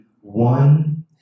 one